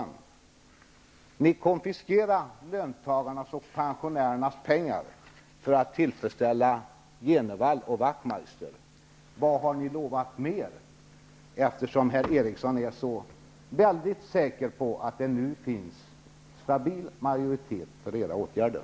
Ni konfiskerar löntagarnas och pensionärernas pengar för att tillfredsställa Jenevall och Wachtmeister. Då är frågan: Vad har ni lovat mer, eftersom herr Eriksson är så väldigt säker på att det nu finns en stabil majoritet för era åtgärder?